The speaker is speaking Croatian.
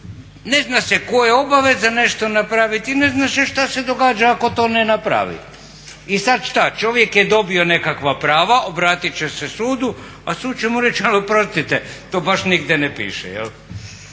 Ne zna se koje obaveze nešto napraviti, ne zna se šta se događa ako to ne napravi. I sad šta, čovjek je dobio nekakva prava, obratit će se sudu, a sud će mu reći al oprostite to baš nigdje ne piše.